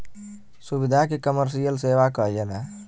सुविधा के कमर्सिअल सेवा कहल जाला